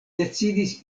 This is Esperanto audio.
decidis